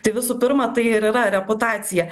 tai visų pirma tai ir yra reputacija